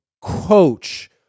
coach